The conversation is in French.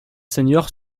seniors